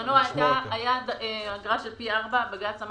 בזמנו הייתה אגרה של פי ארבעה ובג"ץ אמר